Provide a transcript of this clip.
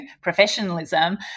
professionalism